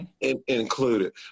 included